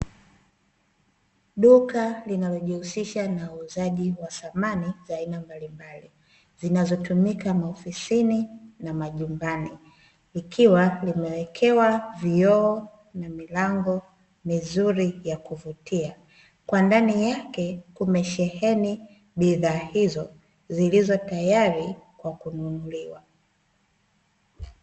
Duka linalojihusisha na uuzaji wa samani za aina mbalimbali, zinazotumika maofisini na majumbani, ikiwa limewekewa vioo na milango mizuri ya kuvutia, kwa ndani yake kumesheheni bidhaa hizo zilizo tayari kwa kununuliwa.